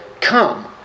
come